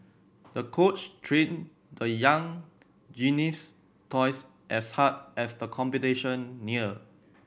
the coach trained the young gymnast twice as hard as the competition neared